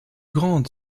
grande